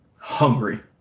hungry